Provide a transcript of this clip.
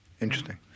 Interesting